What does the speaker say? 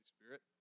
Spirit